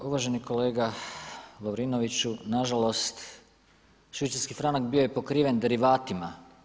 Uvaženi kolega Lovrinoviću, na žalost švicarski franak bio je pokriven derivatima.